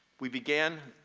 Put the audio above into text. we began.